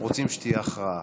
רוצים שתהיה הכרעה: